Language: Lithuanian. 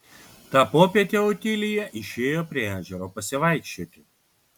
tą popietę otilija išėjo prie ežero pasivaikščioti